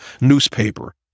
newspaper